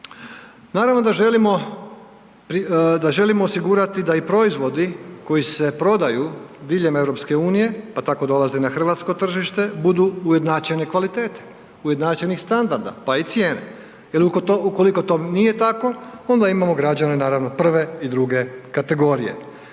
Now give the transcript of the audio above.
Naravno da želimo osigurati da i proizvodi koji se prodaju diljem EU, pa tako dolaze na hrvatsko tržište budu ujednačene kvalitete, ujednačenih standarda, pa i cijene. Jel ukoliko to nije tako onda imamo građane naravno prve i druge kategorije.